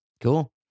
Cool